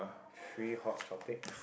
free hot topic